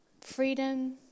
Freedom